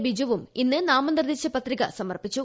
ബിജു ഇന്ന് നാമനിർദ്ദേശക പത്രിക സമർപ്പിച്ചു